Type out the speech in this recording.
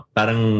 Parang